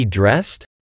dressed